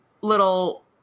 little